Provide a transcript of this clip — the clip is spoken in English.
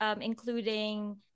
including